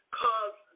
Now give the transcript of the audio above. cause